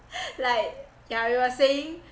like yeah we were saying